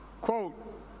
Quote